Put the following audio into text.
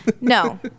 No